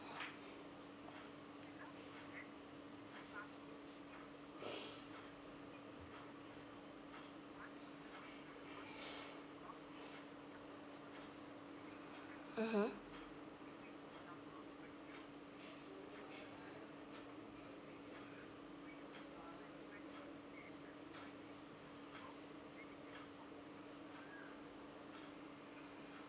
mmhmm